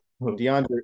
DeAndre